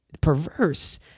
perverse